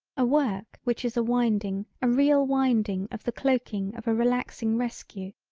a work which is a winding a real winding of the cloaking of a relaxing rescue.